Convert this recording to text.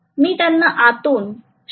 मी त्यांना आतून शॉर्टसर्किट करू शकत नाही